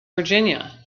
virginia